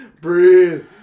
Breathe